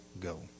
go